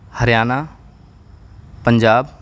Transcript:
Haryana Punjab